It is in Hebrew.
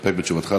להסתפק בתשובתך?